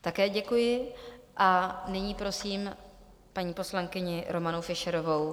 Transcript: Také děkuji a nyní prosím paní poslankyni Romanu Fischerovou.